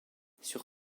sur